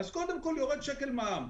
ואצלי כן יורד מע"מ.